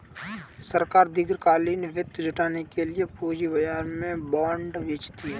सरकार दीर्घकालिक वित्त जुटाने के लिए पूंजी बाजार में बॉन्ड बेचती है